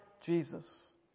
Jesus